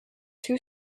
two